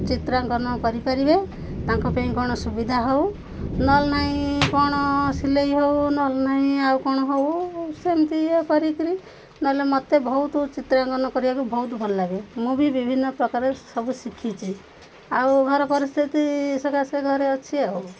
ଚିତ୍ରାଙ୍କନ କରିପାରିବେ ତାଙ୍କ ପାଇଁ କ'ଣ ସୁବିଧା ହଉ ନହଜେଲେ ନାଇଁ କ'ଣ ସିଲେଇ ହେଉ ନହେଲେ ନାଇଁ ଆଉ କ'ଣ ହଉ ସେମିତି ୟେ କରିକିରି ନହେଲେ ମୋତେ ବହୁତ ଚିତ୍ରାଙ୍କନ କରିବାକୁ ବହୁତ ଭଲ ଲାଗେ ମୁଁ ବିଭିନ୍ନ ପ୍ରକାର ସବୁ ଶିଖିଛି ଆଉ ଘର ପରିସ୍ଥିତି ସକାଶେ ଘରେ ଅଛି ଆଉ